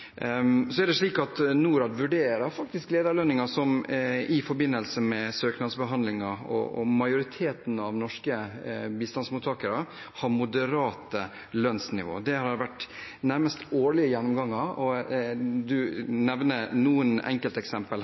Det er slik at Norad faktisk vurderer lederlønninger i forbindelse med søknadsbehandlingen, og majoriteten av norske bistandsmottakere har moderate lønnsnivå. Det har det vært en nærmest årlig gjennomgang av. Representanten nevner noen